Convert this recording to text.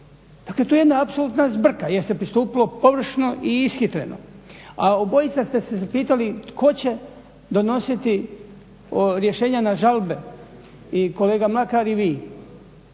Dakle, to je jedna apsolutna zbrka jer se pristupilo pogrešno i ishitreno. A obojica ste se pitali tko će donositi rješenja na žalbe, i kolega Mlakar i vi.